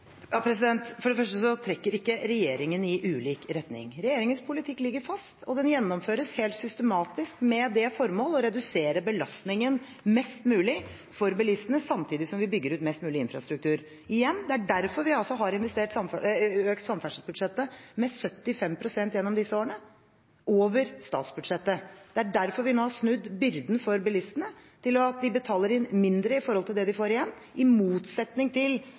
For det første trekker ikke regjeringen i ulik retning. Regjeringens politikk ligger fast, og den gjennomføres helt systematisk med det formål å redusere belastningen mest mulig for bilistene, samtidig som vi bygger ut mest mulig infrastruktur. Igjen: Det er derfor vi har økt samferdselsbudsjettet med 75 pst. gjennom disse årene – over statsbudsjettet. Det er derfor vi nå har snudd byrden for bilistene, til at de betaler inn mindre i forhold til det de får igjen, i motsetning til